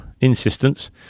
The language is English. insistence